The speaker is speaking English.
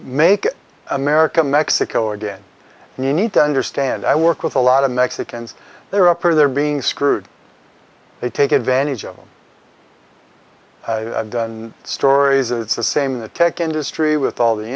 make america mexico again and you need to understand i work with a lot of mexicans they're upper they're being screwed they take advantage of them stories it's the same in the tech industry with all the